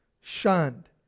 shunned